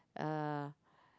uh